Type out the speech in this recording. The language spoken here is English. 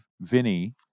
Vinny